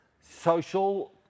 social